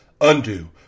undo